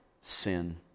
sin